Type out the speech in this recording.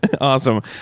Awesome